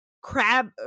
Crab